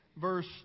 verse